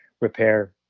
repair